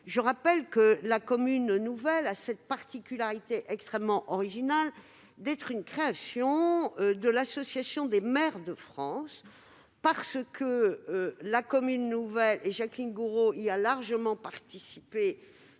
telle évolution. La commune nouvelle a cette particularité extrêmement originale d'être une création de l'Association des maires de France, à laquelle, je le souligne, Jacqueline Gourault a largement participé.